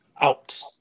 Out